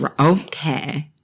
okay